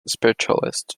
spiritualist